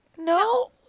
No